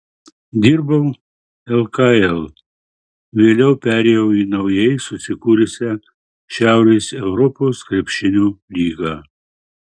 dirbau lkl vėliau perėjau į naujai susikūrusią šiaurės europos krepšinio lygą